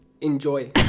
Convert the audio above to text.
enjoy